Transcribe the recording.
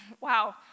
Wow